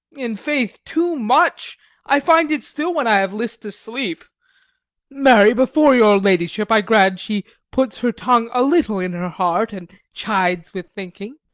in faith, too much i find it still when i have list to sleep marry, before your ladyship, i grant, she puts her tongue a little in her heart, and chides with thinking.